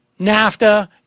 NAFTA